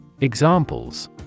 Examples